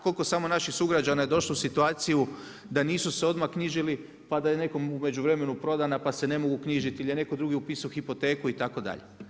Koliko samo naših sugrađana je došlo u situaciju da nisu se odmah knjižili pa da je nekome u međuvremenu prodana, pa se ne mogu knjižiti ili je netko drugi upisao hipoteku itd.